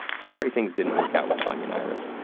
sorry things didn't work out with onion, iris,